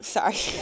Sorry